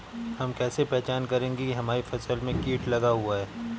हम कैसे पहचान करेंगे की हमारी फसल में कीट लगा हुआ है?